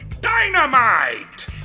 dynamite